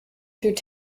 through